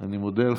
אני מודה לך.